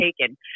taken